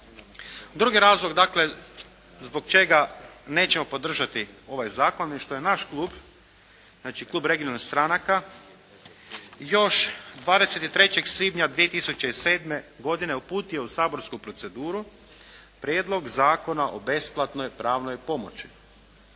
Drugi razlog zbog čega nećemo podržati ovaj zakon i što je naš klub znači klub regionalnih stranaka još 23. svibnja 2007. godine uputio u saborsku proceduru Prijedlog zakona o besplatnoj pravnoj pomoći.